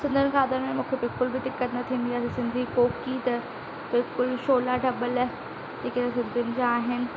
सिंधियुनि खाधनि में मूंखे बिल्कुलु बि दिक़त न थींदी आहे जीअं सिंधी कोकी त छोला ढॿल जेके सिंधियुनि जा आहिनि